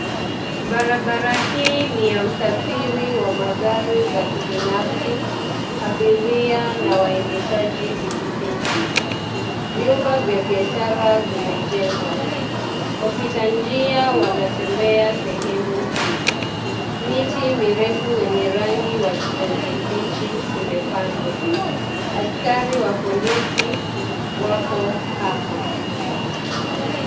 Barabara hii ni ya usafiri wa magari za kibinafsi, abiria na waendeshaji pikipiki. Vyumba vya biashara vimejengwa. Wapita njia wanatembea sehemu hii. Miti mirefu wenye rangi wa kijani kibichi imepandwa. Askari wa polisi wako hapa.